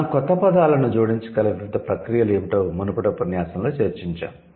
మనం క్రొత్త పదాలను జోడించగల వివిధ ప్రక్రియలు ఏమిటో మునుపటి ఉపన్యాసంలో చర్చించాము